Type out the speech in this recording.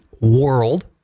world